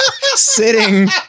sitting